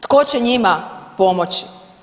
Tko će njima pomoći?